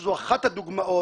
שזו אחת הדוגמאות,